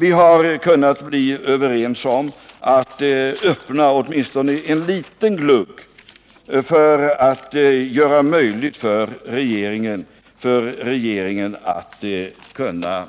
Vi har kunnat enas om att öppna åtminstone en liten glugg för att göra det möjligt för regeringen att utöka